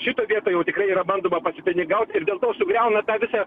šitoj vietoj jau tikrai yra bandoma pasipinigaut ir dėl to sugriauna tą visą